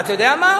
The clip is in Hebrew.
אתה יודע מה?